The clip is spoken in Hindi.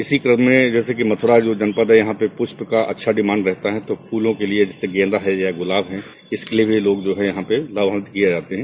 इसी क्रम में जैसे कि मथुरा जो जनपद है यहां पर पुष्प का अच्छा डिमांड रहता है तो फूलों के लिये जैसे गेंदा है या गुलाब है इसके लिये भी लोग यहां पे लाभान्वित किये जाते है